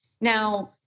Now